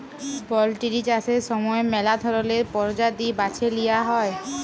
poultry চাষের সময় ম্যালা ধরলের পরজাতি বাছে লিঁয়া হ্যয়